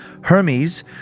Hermes